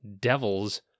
devils